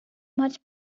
much